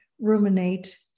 ruminate